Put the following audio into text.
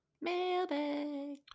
Mailbag